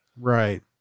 right